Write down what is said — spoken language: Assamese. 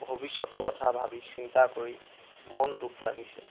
ভৱিষ্যতৰ কথা ভাবি চিন্তা কৰি মন দুখ লাগিছে